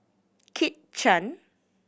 Kit Chan